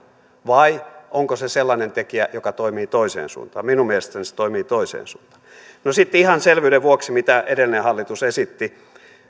vai onko se sellainen tekijä joka toimii toiseen suuntaan minun mielestäni se toimii toiseen suuntaan sitten ihan selvyyden vuoksi se mitä edellinen hallitus esitti